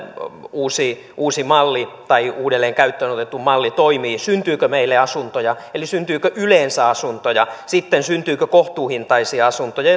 uusi uusi malli tai uudelleen käyttöön otettu malli toimii syntyykö meille asuntoja eli syntyykö yleensä asuntoja sitten syntyykö kohtuuhintaisia asuntoja